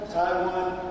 Taiwan